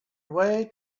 away